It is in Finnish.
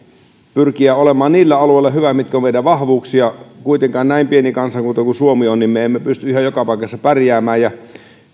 pyrkiä olemaan hyvä niillä alueilla jotka ovat meidän vahvuuksia kuitenkaan näin pieni kansakunta kuin suomi ei pysty ihan joka paikassa pärjäämään